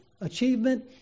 achievement